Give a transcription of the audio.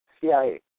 CIA